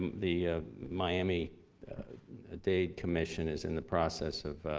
the miama-dade miama-dade commission is in the process of.